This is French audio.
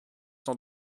sont